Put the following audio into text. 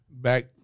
back